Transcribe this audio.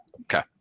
Okay